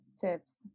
tips